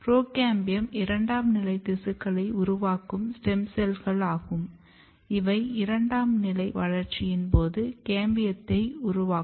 procambium இரண்டாம் நிலை திசுக்களை உருவாக்கும் ஸ்டெம் செல்களாகும் இவை இரண்டாம் நிலை வளர்ச்சியின் போது கேம்பியத்தை உருவாக்கும்